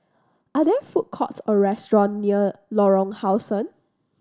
are there food courts or restaurant near Lorong How Sun